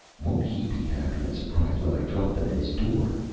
won't he be happy and surprised when i drop them at his door,